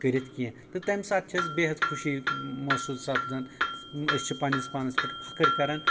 کٔرِتھ کینٛہہ تہٕ تمہِ ساتہٕ چھِ أسۍ بےحَد خُوشی محسوٗس سپدان أسۍ چھِ پننِس پانَس پؠٹھ فخٕر کران